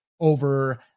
over